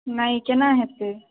नहि कोना हेतै